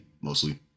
mostly